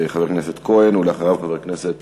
חבר הכנסת יצחק כהן, ואחריו, חבר הכנסת